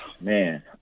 Man